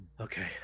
Okay